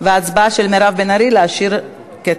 החלת דין רציפות מטעם הוועדה לזכויות הילד אושרה.